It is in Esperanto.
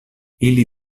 ili